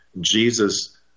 Jesus